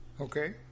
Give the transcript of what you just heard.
Okay